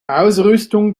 ausrüstung